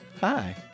Hi